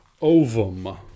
Ovum